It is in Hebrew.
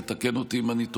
תקן אותי אם אני טועה,